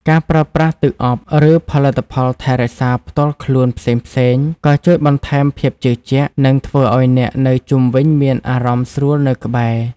ការប្រើប្រាស់ទឹកអប់ ឬផលិតផលថែរក្សាផ្ទាល់ខ្លួនផ្សេងៗ ក៏ជួយបន្ថែមភាពជឿជាក់ និងធ្វើឲ្យអ្នកនៅជុំវិញមានអារម្មណ៍ស្រួលនៅក្បែរ។